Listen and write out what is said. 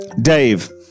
Dave